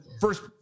first